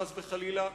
חס וחלילה,